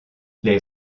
les